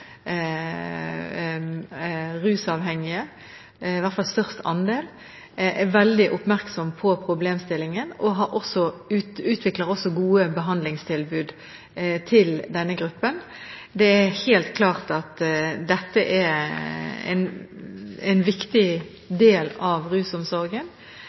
rusavhengige – i hvert fall størst andel – er veldig oppmerksomme på problemstillingen. De utvikler også gode behandlingstilbud til denne gruppen. Det er helt klart at dette er en viktig del av rusomsorgen.